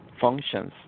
functions